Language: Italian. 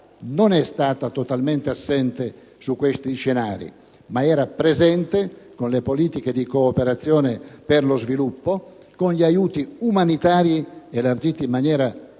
non è stata totalmente assente da questi scenari, ma era presente con le politiche per la cooperazione e lo sviluppo con gli aiuti umanitari elargiti in maniera davvero